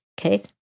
okay